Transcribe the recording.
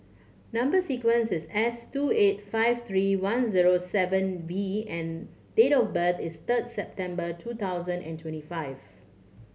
number sequence is S two eight five three one zero seven V and date of birth is third September two thousand and twenty five